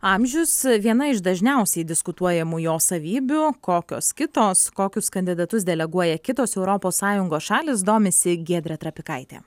amžius viena iš dažniausiai diskutuojamų jo savybių kokios kitos kokius kandidatus deleguoja kitos europos sąjungos šalys domisi giedrė trapikaitė